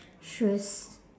shoes